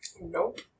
Nope